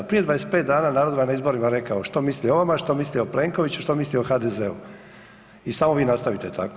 Prije 25 dana narod vam je na izborima rekao što misli o vama, što misli o Plenkoviću, što misli o HDZ-u i samo vi nastavite tako.